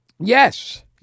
Yes